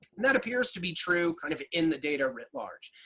that appears to be true kind of in the data writ large.